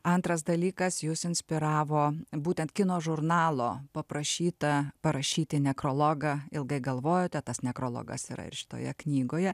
antras dalykas jus inspiravo būtent kino žurnalo paprašyta parašyti nekrologą ilgai galvojote tas nekrologas yra ir šitoje knygoje